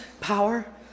power